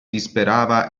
disperava